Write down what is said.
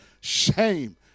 Shame